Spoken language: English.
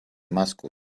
mascot